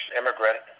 immigrant